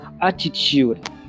attitude